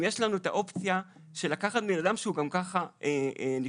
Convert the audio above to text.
אם יש לנו את האופציה לקחת מאדם שגם ככה נפטר?